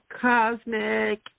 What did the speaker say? cosmic